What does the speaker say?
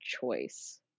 choice